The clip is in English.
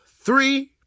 three